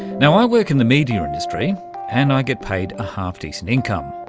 now, i work in the media industry and i get paid a half-decent income.